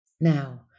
now